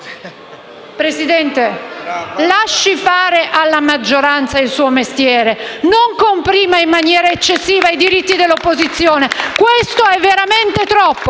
Presidente, lasci fare alla maggioranza il suo mestiere, non comprima in maniera eccessiva i diritti dell'opposizione. Questo è veramente troppo.